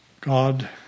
God